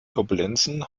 turbulenzen